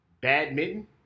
badminton